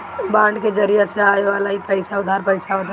bond के जरिया से आवेवाला इ पईसा उधार पईसा होत हवे